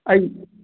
ꯑꯩ